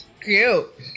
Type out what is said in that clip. cute